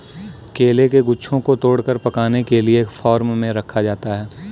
केले के गुच्छों को तोड़कर पकाने के लिए फार्म में रखा जाता है